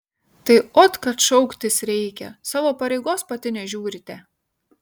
tai ot kad šauktis reikia savo pareigos pati nežiūrite